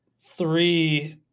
three